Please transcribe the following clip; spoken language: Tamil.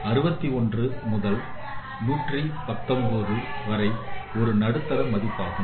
61 முதல் 119 வரை ஒரு நடுத்தர மதிப்பாகும்